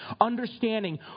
understanding